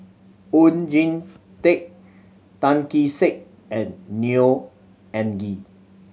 Oon Jin Teik Tan Kee Sek and Neo Anngee